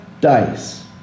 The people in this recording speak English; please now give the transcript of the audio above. Dice